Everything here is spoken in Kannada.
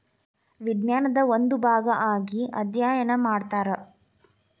ವಿಜ್ಞಾನದ ಒಂದು ಭಾಗಾ ಆಗಿ ಅದ್ಯಯನಾ ಮಾಡತಾರ